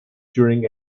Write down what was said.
during